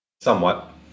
Somewhat